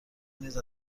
نیز